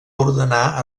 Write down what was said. ordenar